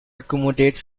accommodate